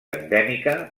endèmica